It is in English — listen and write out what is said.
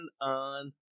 on